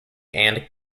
and